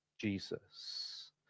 Jesus